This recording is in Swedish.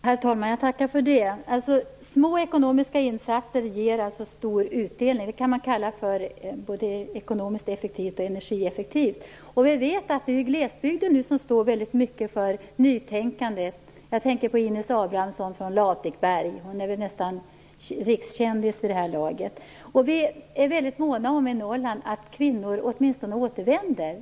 Herr talman! Jag tackar för det. Små ekonomiska insatser ger alltså stor utdelning. Det kan man kalla både ekonomiskt effektivt och energieffektivt. Vi vet att glesbygden står för mycket av nytänkandet. Jag tänker på Inez Abrahamsson från Latikberg. Hon är väl nästan rikskändis vid det här laget. Vi är måna om att kvinnor i Norrland återvänder.